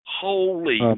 holy